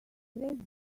break